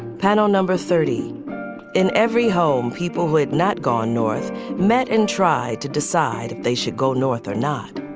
panel number thirty in every home. people who have not gone north met and tried to decide if they should go north or not